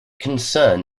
concern